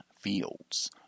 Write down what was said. fields